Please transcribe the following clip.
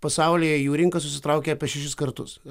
pasaulyje jų rinka susitraukė apie šešis kartus